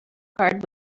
card